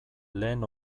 lehen